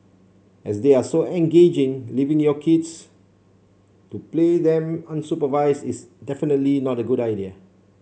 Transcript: as they are so engaging leaving your kids to play them unsupervised is definitely not a good idea